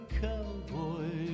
cowboy